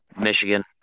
Michigan